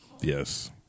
yes